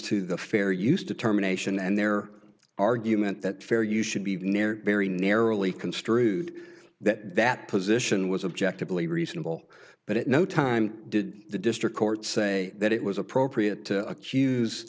to the fair use determination and their argument that fair you should be near very narrowly construed that that position was objective really reasonable but at no time did the district court say that it was appropriate to